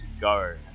go